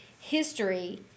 history